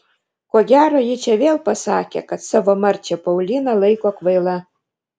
ko gero ji čia vėl pasakė kad savo marčią pauliną laiko kvaila